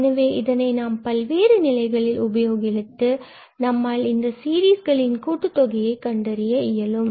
எனவே இதனை நாம் பல்வேறு நிலைகளில் உபயோகித்து நம்மால் இந்த சீரீஸ்களின் கூட்டுத் தொகையை கண்டறிய இயலும்